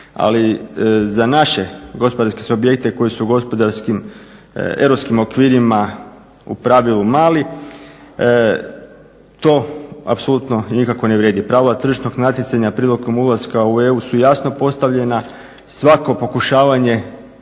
Ali, za naše gospodarske subjekte koji su u gospodarskim europskim okvirima u pravilu mali to apsolutno i nikako ne vrijedi. Pravila tržišnog natjecanja priliko ulaska u EU su jasno postavljena svako pokušavanje